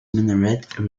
minaret